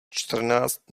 čtrnáct